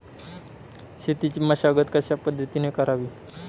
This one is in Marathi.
शेतीची मशागत कशापद्धतीने करावी?